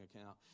account